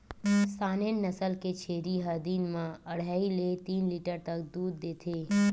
Saanen नसल के छेरी ह दिन म अड़हई ले तीन लीटर तक दूद देथे